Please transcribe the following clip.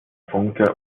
funke